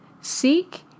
Seek